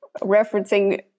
referencing